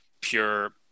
pure